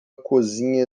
cozinha